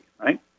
right